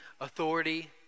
authority